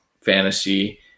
fantasy